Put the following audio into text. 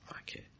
Okay